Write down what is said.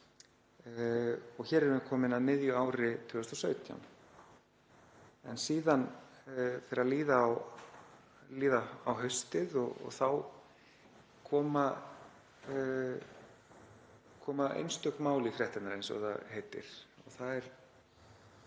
Hér erum við komin á mitt ár 2017. Síðan fer að líða á haustið og þá koma einstök mál í fréttirnar, eins og það heitir.